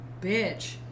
bitch